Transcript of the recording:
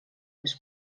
les